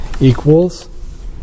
Equals